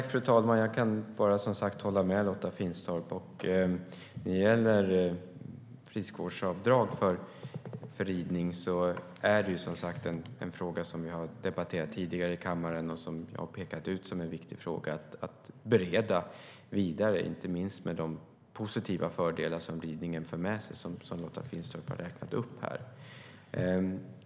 Fru talman! Jag kan som sagt bara hålla med Lotta Finstorp. När det gäller friskvårdsavdrag för ridning är det som sagt en fråga som vi har debatterat tidigare i kammaren och som jag har pekat ut som en viktig fråga att bereda vidare, inte minst med de positiva fördelar som ridningen för med sig och som Lotta Finstorp har räknat upp här.